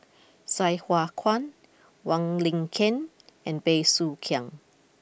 Sai Hua Kuan Wong Lin Ken and Bey Soo Khiang